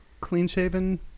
clean-shaven